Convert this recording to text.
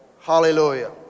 Hallelujah